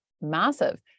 massive